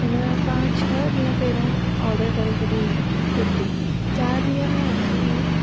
हुन खां छह ॾींहं पहिरों ऑडर करे छॾी हुई कुर्ती चारि ॾींहं में अची वई